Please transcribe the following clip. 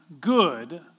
good